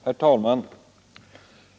Herr talman!